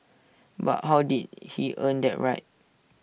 but how did he earn that right